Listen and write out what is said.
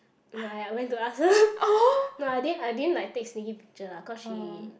ya I went to ask her I didn't I didn't like take sneaky picture lah because she